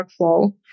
workflow